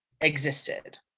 existed